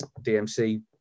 DMC